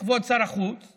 כבוד שר החוץ,